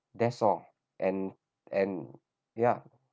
that's all and and yeah